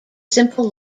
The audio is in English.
simple